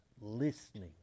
listening